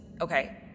okay